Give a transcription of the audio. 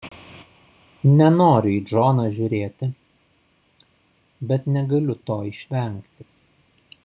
nenoriu į džoną žiūrėti bet negaliu to išvengti